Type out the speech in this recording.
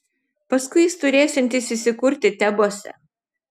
paskui jis turėsiantis įsikurti tebuose